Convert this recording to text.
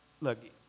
Look